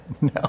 No